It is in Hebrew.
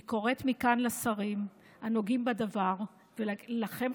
אני קוראת מכאן לשרים הנוגעים בדבר ולכם,